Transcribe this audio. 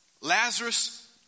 Lazarus